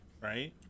right